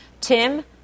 Tim